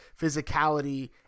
physicality